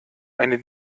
eine